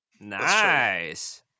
Nice